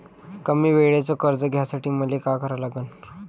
कमी वेळेचं कर्ज घ्यासाठी मले का करा लागन?